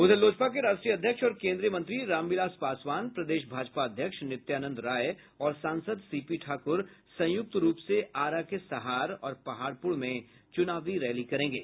उधर लोजपा के राष्ट्रीय अध्यक्ष और केन्द्रीय मंत्री रामविलास पासवान प्रदेश भाजपा अध्यक्ष नित्यानंद राय और सांसद सीपी ठाकुर संयुक्त रूप से आरा के सहार और पहाड़पुर में चुनावी रैली करेंगे